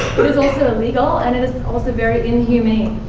but is also illegal, and is also very inhumane.